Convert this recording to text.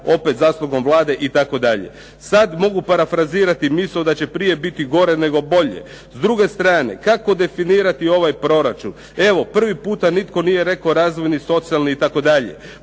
opet zaslugom Vlade itd. Sad mogu parafrazirati misao da će prije biti gore nego bolje. S druge strane, kako definirati ovaj proračun? Evo prvi puta nitko nije rekao razvojni, socijalni itd.